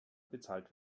bezahlt